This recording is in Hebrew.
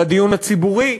לדיון הציבורי,